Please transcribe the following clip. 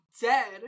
dead